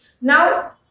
Now